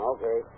Okay